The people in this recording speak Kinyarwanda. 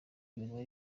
imirimo